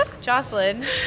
Jocelyn